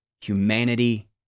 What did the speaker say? humanity